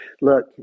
Look